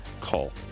call